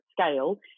scale